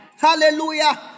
hallelujah